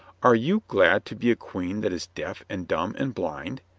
are you glad to be a queen that is deaf and dumb and blind?